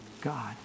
God